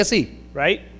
Right